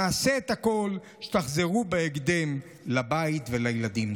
נעשה את הכול כדי שתחזרו בהקדם לבית ולילדים.